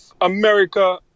America